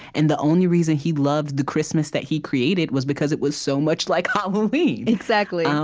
and the only reason he loved the christmas that he created was because it was so much like halloween exactly.